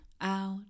out